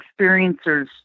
experiencers